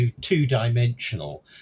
two-dimensional